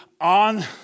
on